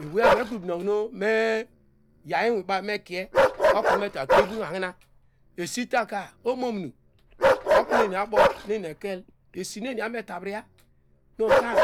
Ewievu ekrubine oknu onwibaw mekia oknu meta kpew inhan hina esitaka omomuru oknu eni abo eni ekel esinu eni abometavriya utan